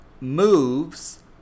moves